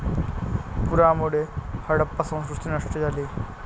पुरामुळे हडप्पा संस्कृती नष्ट झाली